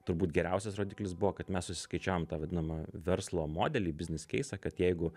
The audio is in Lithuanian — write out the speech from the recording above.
turbūt geriausias rodiklis buvo kad mes susiskaičiavom tą vadinamą verslo modelį biznis keisą kad jeigu